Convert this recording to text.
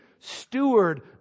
steward